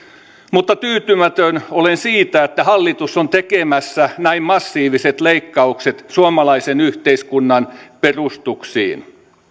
mutta tyytymätön olen siitä että hallitus on tekemässä näin massiiviset leikkaukset suomalaisen yhteiskunnan perustuksiin